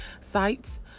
sites